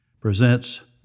presents